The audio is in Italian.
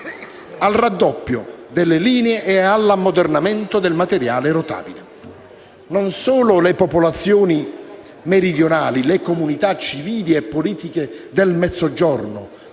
al raddoppio delle linee e all'ammodernamento del materiale rotabile. Non solo le popolazioni meridionali, le comunità civili e politiche del Mezzogiorno